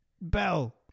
Bell